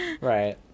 Right